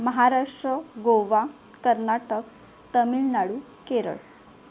Maharashtra Goa Karnataka Tamil Nadu Kerala